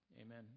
Amen